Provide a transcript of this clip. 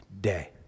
day